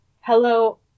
hello